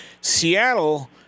Seattle